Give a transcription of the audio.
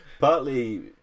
Partly